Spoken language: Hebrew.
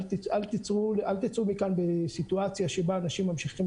אל תצאו מכאן בסיטואציה שבה אנשים ממשיכים